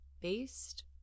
Based